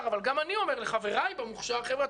אבל גם אני אומר לחבריי במוכש"ר: חבר'ה,